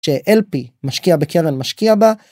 שאלפי משקיעה בקרן משקיעה בה.